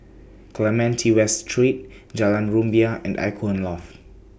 Clementi West Street Jalan Rumbia and Icon Loft